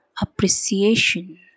appreciation